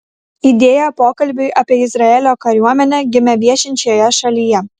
idėja pokalbiui apie izraelio kariuomenę gimė viešint šioje šalyje